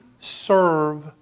serve